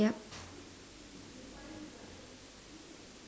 yup